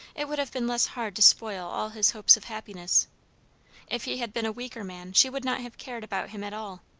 it would have been less hard to spoil all his hopes of happiness if he had been a weaker man, she would not have cared about him at all.